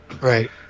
right